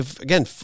again